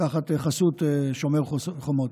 תחת חסות "שומר החומות".